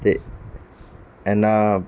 ਅਤੇ ਇਹਨਾਂ